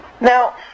Now